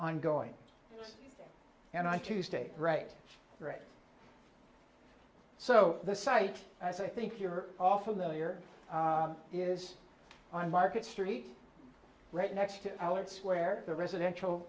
ongoing and on tuesday right so the site as i think you're all familiar is on market street right next to ours where the residential